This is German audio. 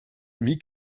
wie